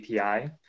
API